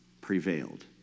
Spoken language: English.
prevailed